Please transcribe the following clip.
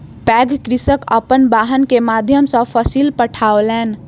पैघ कृषक अपन वाहन के माध्यम सॅ फसिल पठौलैन